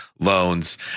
loans